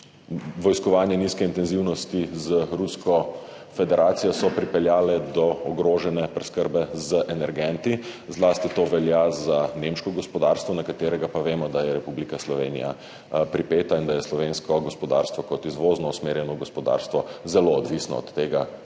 vojskovanja nizke intenzivnosti z Rusko federacijo, so pripeljale do ogrožene preskrbe z energenti. Zlasti to velja za nemško gospodarstvo, na katero pa vemo, da je Republika Slovenija pripeta in da je slovensko gospodarstvo kot izvozno usmerjeno gospodarstvo zelo odvisno od tega,